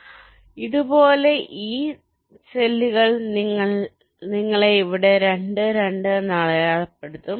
അതിനാൽ ഇതുപോലെ ഈ സെല്ലുകൾ നിങ്ങളെ ഇവിടെ 2 2 എന്ന് അടയാളപ്പെടുത്തും